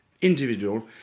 individual